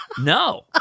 No